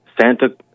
Santa